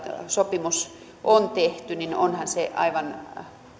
sopimus on tehty niin onhan se aivan